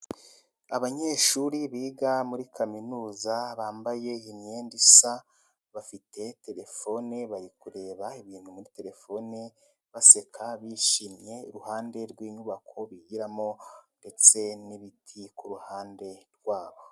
Abanyeshuri biga muri kaminuza bambaye imyenda isa, bafite terefone bari kureba ibintu muri terefoni baseka bishimye iruhande rw'inyubako bigiramo ndetse n'ibiti ku ruhande rwabo.